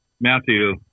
matthew